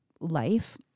life